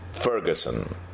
Ferguson